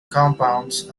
compounds